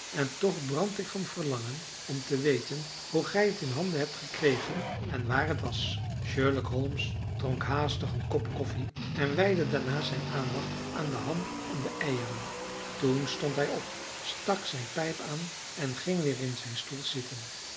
en toch brand ik van verlangen om te weten hoe gij het in handen hebt gekregen en waar het was sherlock holmes dronk haastig een kop koffie en wijdde daarna zijn aandacht aan de ham en de eieren toen stond hij op stak zijn pijp aan en ging weer in zijn stoel zitten